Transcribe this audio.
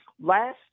last